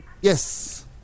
Yes